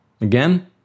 again